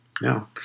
No